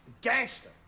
gangster